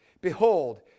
Behold